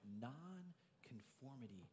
non-conformity